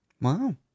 Wow